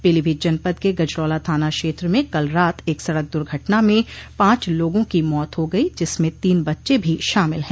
पीलीभीत जनपद के गजरौला थाना क्षेत्र में कल रात एक सड़क दुर्घटना में पांच लोगों की मौत हो गई जिसमें तीन बच्चे भी शामिल है